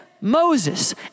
Moses